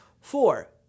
Four